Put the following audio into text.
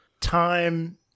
time